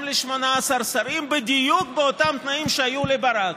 ל-18 שרים בדיוק באותם תנאים שהיו לברק.